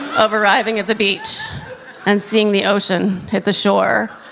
of arriving at the beach and seeing the ocean hit the shore,